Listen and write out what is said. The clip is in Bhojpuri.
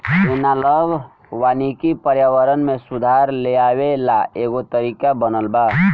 एनालॉग वानिकी पर्यावरण में सुधार लेआवे ला एगो तरीका बनल बा